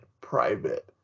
private